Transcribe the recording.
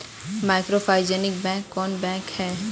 Microfinance bank कौन bank है?